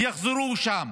יחזירו שם.